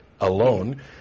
alone